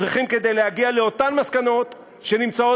צריכים כדי להגיע לאותן מסקנות שנמצאות